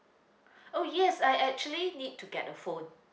oh yes I actually need to get a phone